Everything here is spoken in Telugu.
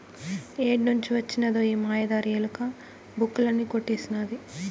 ఏడ్నుంచి వొచ్చినదో ఈ మాయదారి ఎలక, బుక్కులన్నీ కొట్టేసినాది